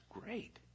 great